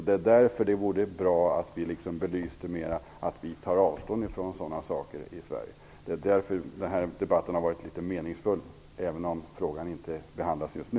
Det är därför det vore bra om vi belyser att vi tar avstånd från sådana saker i Sverige. Därför har denna debatt har varit meningsfull även om frågan inte behandlas just nu.